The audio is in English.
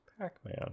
Pac-Man